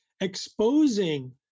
exposing